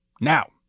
Now